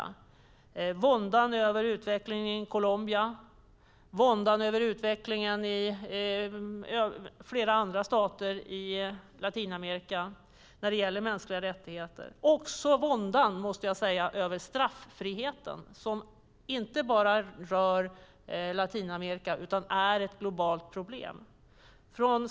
Det är våndan över utvecklingen i Colombia och flera andra stater i Latinamerika när det gäller mänskliga rättigheter. Det är också våndan över straffriheten. Det rör inte bara Latinamerika utan är ett globalt problem.